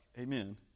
Amen